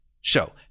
Show